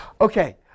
Okay